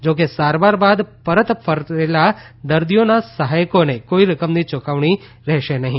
જો કે સારવાર બાદ પરત ફરતા દર્દીઓના સહાયકોને કોઇ રકમ ચુકવવાની રહેશે નહી